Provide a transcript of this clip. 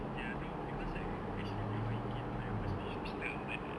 ya no because like actually before he came I was with mister irman